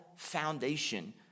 Foundation